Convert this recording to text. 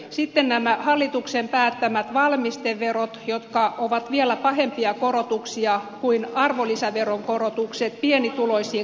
sitten ovat nämä hallituksen päättämät valmisteverot jotka ovat vielä pahempia korotuksia kuin arvonlisäveron korotukset pienituloisiin kansalaisiin nähden